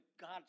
God